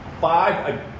Five